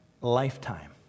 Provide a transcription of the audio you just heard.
lifetime